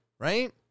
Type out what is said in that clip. right